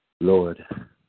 Lord